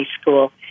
school